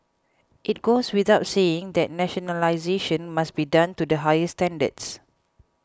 it goes without saying that nationalisation must be done to the highest standards